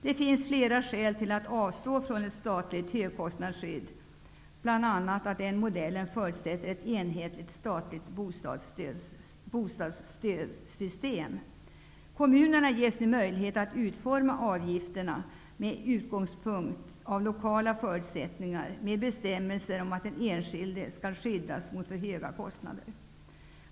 Det finns flera skäl att avstå från ett statligt högkostnadsskydd, bl.a. det förhållandet att den modellen förutsätter ett enhetligt statligt bostadsstödsystem. Kommunerna ges nu möjlighet att utforma avgifterna med utgångspunkt i lokala förutsättningar med bestämmelser om att den enskilde skall skyddas mot för höga kostnader.